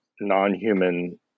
non-human